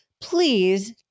please